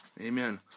Amen